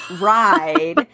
ride